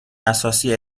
اساسی